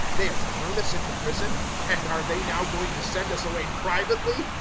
they have thrown us into prison, and are they now going to send us away privately?